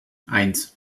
eins